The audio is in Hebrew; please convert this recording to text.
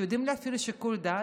שיודעים להפעיל שיקול דעת,